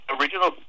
original